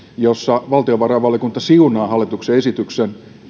jossa valtiovarainvaliokunta siunaa hallituksen esityksen